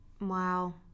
wow